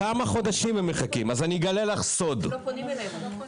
לא פונים אלינו.